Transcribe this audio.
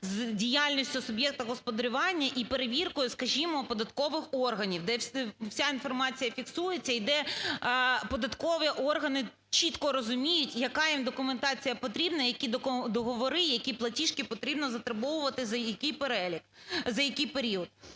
з діяльністю суб'єкту господарювання і перевіркою, скажімо, податкових органів, де вся інформація фіксується, і де податкові органи чітко розуміють, яка їм документація потрібна, які договори, які платіжки потрібно затребовувати за який перелік… за який період.